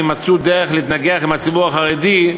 ואם מצאו דרך להתנגח עם הציבור החרדי,